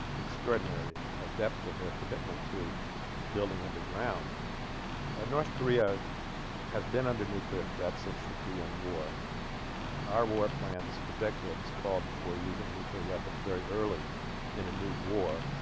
extraordinary a depth of their commitment to building underground north korea has been under nuclear threat since the korean war our war plans for decades called for using nuclear weapons very early in a new war